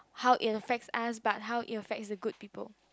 how it affects us but how it affects the good people